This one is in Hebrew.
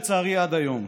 לצערי, עד היום.